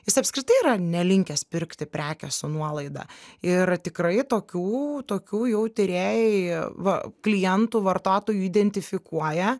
jis apskritai yra nelinkęs pirkti prekę su nuolaida ir tikrai tokių tokių jau tyrėjai va klientų vartotojų identifikuoja